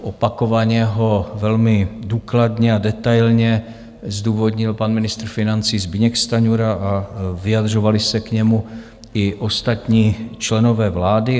Opakovaně ho velmi důkladně a detailně zdůvodnil pan ministr financí Zbyněk Stanjura a vyjadřovali se k němu i ostatní členové vlády.